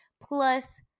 plus